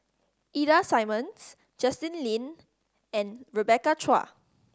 Ida Simmons Justin Lean and Rebecca Chua